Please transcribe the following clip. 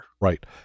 Right